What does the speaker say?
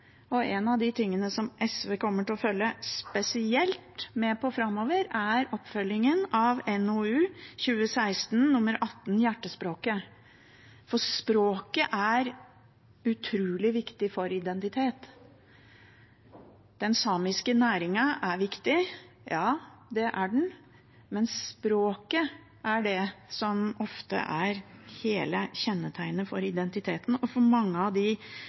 og en av tingene som SV kommer til å følge spesielt med på framover, er oppfølgingen av NOU 2016: 18, Hjertespråket. For språket er utrolig viktig for identitet. Den samiske næringen er viktig, ja, det er den, men språket er det som ofte er hele kjennetegnet for identiteten. Mange av de